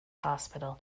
hospital